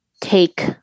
take